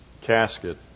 casket